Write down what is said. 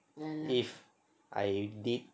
if I did